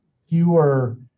fewer